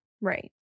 Right